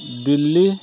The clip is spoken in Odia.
ଦିଲ୍ଲୀ